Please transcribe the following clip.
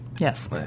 Yes